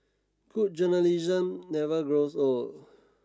food journalism never grows old